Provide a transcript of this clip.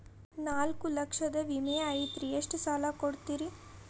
ನಾಲ್ಕು ಲಕ್ಷದ ವಿಮೆ ಐತ್ರಿ ಎಷ್ಟ ಸಾಲ ಕೊಡ್ತೇರಿ?